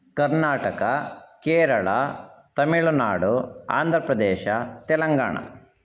Karnataka Kerala Tamil Nadu Andhra Pradesh Telangana